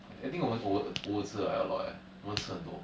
I I think 我们 over over 吃 like a lot eh 我们吃很多